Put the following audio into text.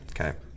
Okay